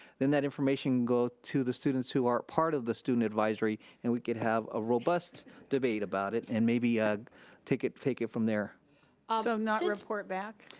then that information go to the students who are apart of the student advisory and we could have a robust debate about it and maybe ah take it take it from there. ah so not report back?